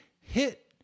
Hit